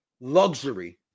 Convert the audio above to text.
luxury